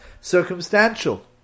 circumstantial